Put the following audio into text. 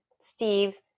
Steve